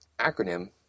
acronym